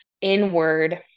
inward